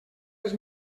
les